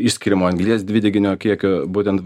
išskiriamo anglies dvideginio kiekio būtent